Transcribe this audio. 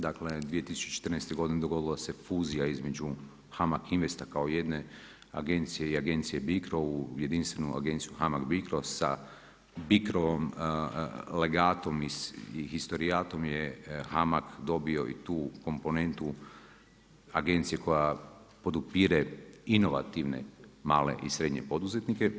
Dakle 2014. godine dogodila se fuzija između HAMAG Investa kao jedne agencije i Agencije Bicro u jedinstvenu Agenciju HAMAG-BICRO sa bicrovom legatom i historijatom je HAMAG dobio i tu komponentu agencije koja podupire inovativne male i srednje poduzetnike.